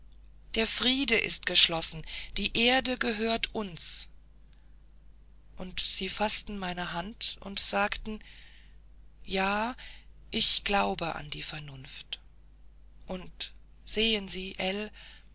der friede ist geschlossen die erde gehört uns und sie faßten meine hand und sagten ja ich glaube an die vernunft und sehen sie